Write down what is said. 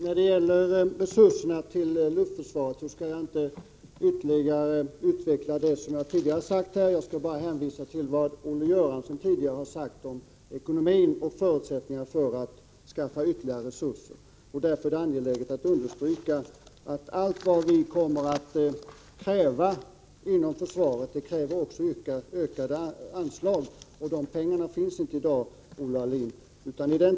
Fru talman! När det gäller resurserna till luftförsvaret skall jag inte ytterligare utveckla det jag tidigare sagt. Jag skall bara hänvisa till vad Olle Göransson sade om ekonomin och förutsättningarna för att skaffa ytterligare resurser. Det är angeläget att understryka att allt vad som krävs inom försvaret också kräver ökade anslag. De pengarna, Olle Aulin, finns inte i dag.